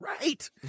Right